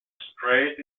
straight